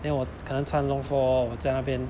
then 我可能穿 long four 我在那边